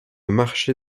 marché